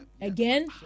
again